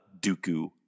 dooku